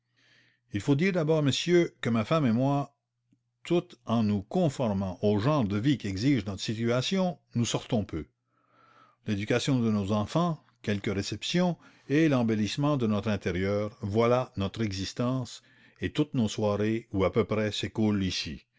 il faut vous dire d'abord monsieur que ma femme et moi tout en nous conformant au genre de vie qu'exige notre situation nous sortons peu l'éducation de nos enfants quelques réceptions et l'embellissement de notre intérieur voilà notre existence et toutes nos soirées ou à peu près